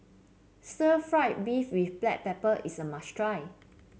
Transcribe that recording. stir fry beef with Black Pepper is a must try